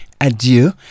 adieu